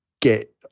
get